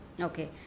Okay